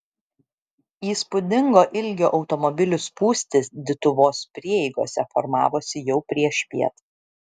įspūdingo ilgio automobilių spūstys dituvos prieigose formavosi jau priešpiet